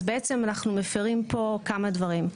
אז בעצם אנחנו מפרים פה כמה דברים: